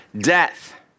Death